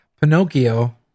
Pinocchio